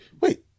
wait